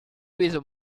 with